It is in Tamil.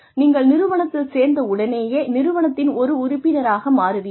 நீங்கள் நிறுவனத்தில் சேர்ந்த உடனேயே நிறுவனத்தின் ஒரு உறுப்பினராக மாறுவீர்கள்